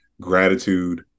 gratitude